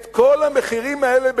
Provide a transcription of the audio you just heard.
את כל המחירים האלה ביחד,